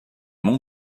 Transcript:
monts